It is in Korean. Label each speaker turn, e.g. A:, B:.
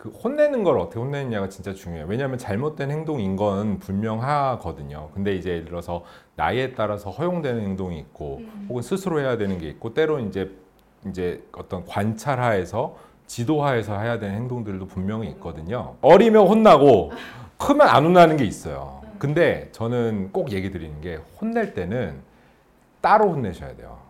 A: 그 혼내는 걸 어떻게 혼내느냐가 진짜 중요해요. 왜냐하면 잘못된 행동인 건 분명하거든요. 근데 이제 예를 들어서 나이에 따라서 허용되는 행동이 있고
B: 음.
A: 혹은 스스로 해야 되는 게 있고 때로는 이제- 이제 어떤 관찰하에서, 지도하에서 해야 되는 행동들도 분명히 있거든요. 어리면 혼나고 크면 안 혼나는 게 있어요. 근데 저는 꼭 얘기 드리는 게 혼낼 때는 따로 혼내셔야 돼요.